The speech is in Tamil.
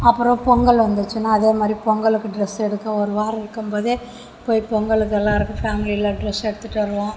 அப்புறம் பொங்கல் வந்துச்சுனால் அதேமாதிரி பொங்கலுக்கு ட்ரெஸ் எடுக்க ஒரு வாரம் இருக்கும்போதே போய் பொங்கலுக்கும் எல்லாருக்கும் ஃபேமிலலாம் ட்ரெஸ் எடுத்துட்டு வருவோம்